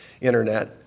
internet